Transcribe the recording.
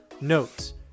notes